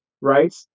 right